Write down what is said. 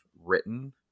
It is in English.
written